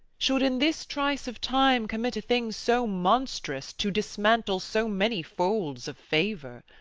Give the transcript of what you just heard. should in this trice of time commit a thing so monstrous to dismantle so many folds of favour.